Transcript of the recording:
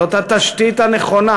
זו התשתית הנכונה.